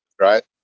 right